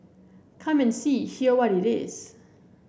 come and see hear what it is